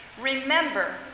Remember